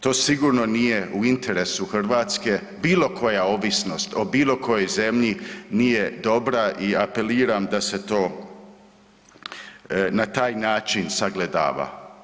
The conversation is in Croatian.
To sigurno nije u interesu Hrvatske, bilo koja ovisnost o bilo kojoj zemlji nije dobra i apeliram da se to na taj način sagledava.